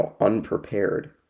unprepared